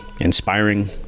inspiring